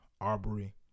Arbery